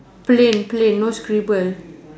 plain plain no scribble